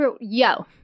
yo